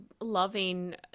loving